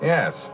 Yes